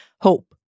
hope